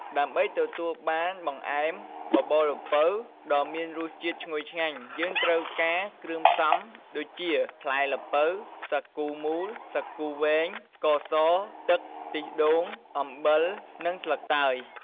ដើម្បីទទួលបានបង្អែមបបរល្ពៅដ៏មានរសជាតិឈ្ងុយឆ្ងាញ់ យើងត្រូវការគ្រឿងផ្សំដូចជា ផ្លែល្ពៅ សាគូមូល សាគូវែង ស្ករស ទឹក ខ្ទិះដូង អំបិល និងស្លឹកតើយ។